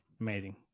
Amazing